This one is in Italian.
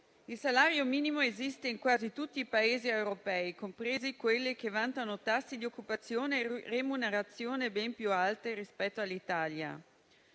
Il salario minimo esiste in quasi tutti i Paesi europei, compresi quelli che vantano tassi di occupazione e remunerazione ben più alti rispetto all'Italia.